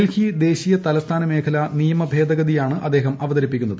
ഡൽഹി ദേശീയ തലസ്ഥാനമേഖല നിയമ ഭേദഗതിയാണ് അദ്ദേഹം അവതരിപ്പിക്കുന്നത്